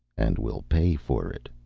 and will pay for it,